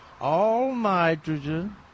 all-nitrogen